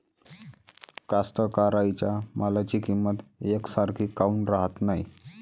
कास्तकाराइच्या मालाची किंमत यकसारखी काऊन राहत नाई?